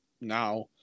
now